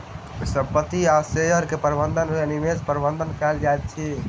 संपत्ति आ शेयर के प्रबंधन के निवेश प्रबंधन कहल जाइत अछि